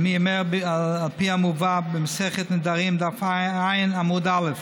על פי המובא במסכת נדרים דף ע' עמוד א':